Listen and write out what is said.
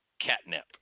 catnip